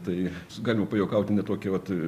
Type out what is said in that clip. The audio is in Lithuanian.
tai galima pajuokauti ne tokią vat